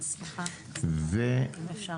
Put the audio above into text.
מיכל רונן,